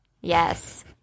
yes